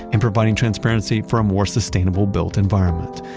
and providing transparency for a more sustainable built environment.